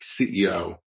CEO